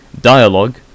Dialogue